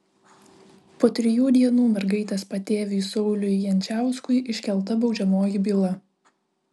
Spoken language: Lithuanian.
po trijų dienų mergaitės patėviui sauliui jančiauskui iškelta baudžiamoji byla